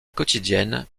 quotidienne